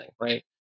right